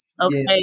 okay